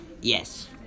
yes